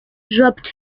dropped